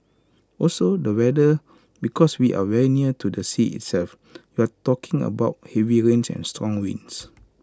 also the weather because we are very near to the sea itself you're talking about heavy rains and strong winds